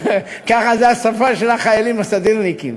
זו השפה של החיילים הסדרניקים.